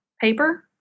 paper